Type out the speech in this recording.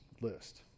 list